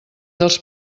dels